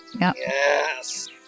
Yes